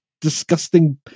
disgusting